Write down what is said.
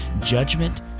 judgment